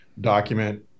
document